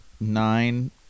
nine